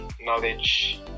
knowledge